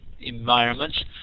environments